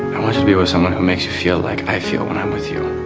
i wanted to be with someone who makes you feel like i feel when i'm with you